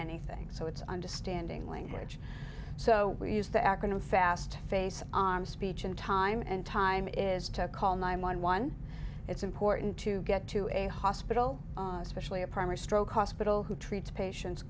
anything so it's understanding language so we use the acronym fast face on speech in time and time is to call nine one one it's important to get to a hospital especially a primary stroke hospital who treats patien